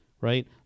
Right